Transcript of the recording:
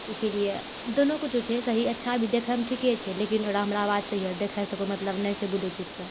इसलिए दुनू किछु छै सही अच्छा भी देखैमे ठीके छै लेकिन ओकरा हमरा आवाज चाहिए देखैसँ कोइ मतलब नहि छै ब्लूटूथके